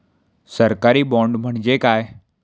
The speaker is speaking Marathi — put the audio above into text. सरकारी बाँड म्हणजे काय?